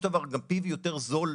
ובסופו של דבר גם PV יותר זול.